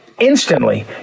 Instantly